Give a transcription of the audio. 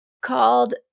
Called